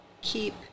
keep